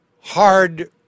hard